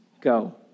go